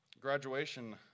Graduation